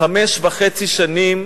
חמש וחצי שנים